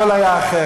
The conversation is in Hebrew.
הכול היה אחרת.